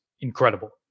incredible